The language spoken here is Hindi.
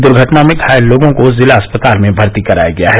दुर्घटना में घायल लोगों को जिला अस्पताल में भर्ती कराया गया है